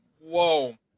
Whoa